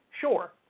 Sure